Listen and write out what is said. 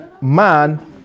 man